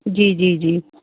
جی جی جی